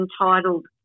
entitled